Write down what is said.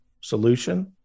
solution